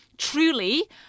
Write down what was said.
truly